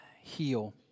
heal